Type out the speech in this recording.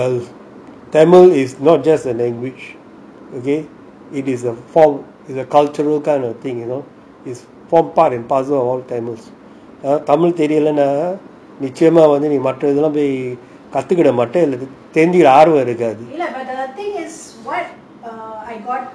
well tamil is not just a language okay it is a form it is a cultural kind of thing you know it forms part and parcel of all tamil தமிழ்தெரியலனாமத்ததெல்லாம்போய்கத்துக்குறதுக்குஆர்வம்இருக்காது:tamil therialana mathathellam poi kathukurathuku aarvam irukathu